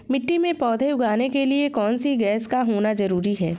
मिट्टी में पौधे उगाने के लिए कौन सी गैस का होना जरूरी है?